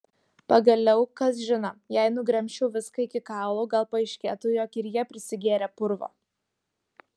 pagaliau kas žino jei nugremžčiau viską iki kaulų gal paaiškėtų jog ir jie prisigėrę purvo